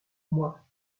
moi